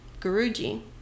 Guruji